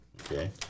Okay